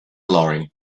loring